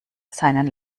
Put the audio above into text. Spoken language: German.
seinen